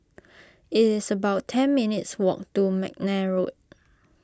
it is about ten minutes' walk to McNair Road